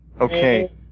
Okay